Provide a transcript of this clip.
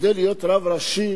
שכדי להיות רב ראשי